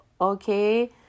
okay